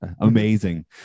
amazing